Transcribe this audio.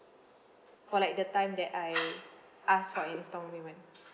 for like the time that I ask for an instalment payment